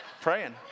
Praying